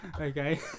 Okay